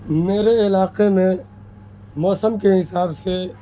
میرے علاقے میں موسم کے حساب سے